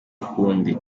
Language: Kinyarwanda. ukundi